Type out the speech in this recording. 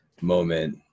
moment